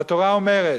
והתורה אומרת: